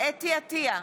חוה אתי עטייה,